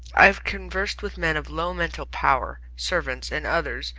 i have conversed with men of low mental power, servants and others,